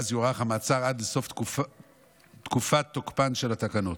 ואז יוארך המעצר עד לסוף תקופת תוקפן של התקנות.